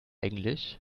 englisch